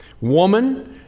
woman